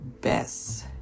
best